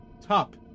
top